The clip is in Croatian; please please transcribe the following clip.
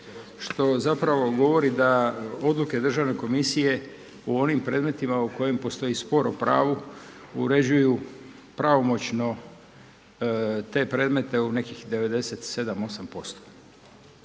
što zapravo govori da odluke državne komisije u onim predmetima u kojima postoji spor o pravu uređuju pravomoćno te predmeta u nekih 97, 98%.